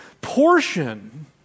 portion